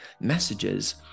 messages